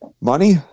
money